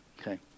okay